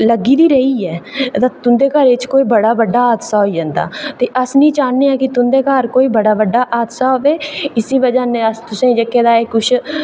कि गैस अगर लग्गी दी रेही ऐ ते तुं'दे घर कोई बड्डा हादसा होई जाना ते अस निं चाह्न्ने आं कि तुं'दे घर कोई बड़ा बड्डा हादसा होई जाए ते उसे बजह कन्नै तुसेंगी जेह्के अस